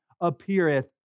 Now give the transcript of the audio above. appeareth